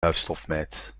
huisstofmijt